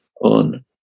on